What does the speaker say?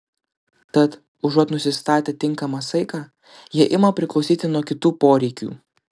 tad užuot nusistatę tinkamą saiką jie ima priklausyti nuo kitų poreikių